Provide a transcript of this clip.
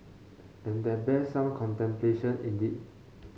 and that bears some contemplation indeed